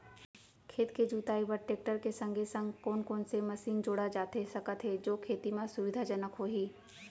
खेत के जुताई बर टेकटर के संगे संग कोन कोन से मशीन जोड़ा जाथे सकत हे जो खेती म सुविधाजनक होही?